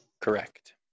Correct